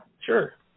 Sure